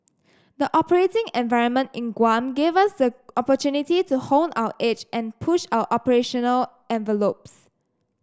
the operating environment in Guam gave us the opportunity to hone our edge and push our operational envelopes